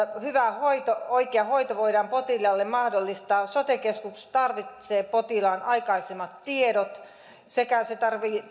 hyvä hoito oikea hoito voidaan potilaalle mahdollistaa sote keskus tarvitsee potilaan aikaisemmat tiedot sekä se tarvitsee